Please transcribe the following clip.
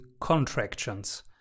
contractions